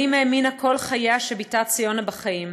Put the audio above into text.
אבל אימא האמינה כל חייה שבתה ציונה בחיים.